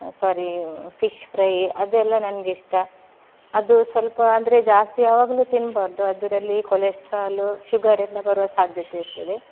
sari fish fry ಅದೆಲ್ಲ ನನಗಿಷ್ಟ ಅದು ಸ್ವಲ್ಪ ಅಂದರೆ ಜಾಸ್ತಿ ಯಾವಾಗಲೂ ತಿನ್ಬಾರ್ದು ಅದರಲ್ಲಿ ಕೊಲೆಸ್ಟ್ರಾಲು ಶುಗರ್ ಎಲ್ಲ ಬರುವ ಸಾಧ್ಯತೆ ಇರ್ತದೆ